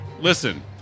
listen